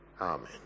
Amen